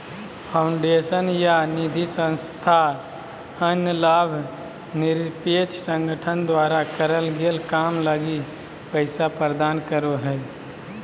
foundation या निधिसंस्था अन्य लाभ निरपेक्ष संगठन द्वारा करल गेल काम लगी पैसा प्रदान करो हय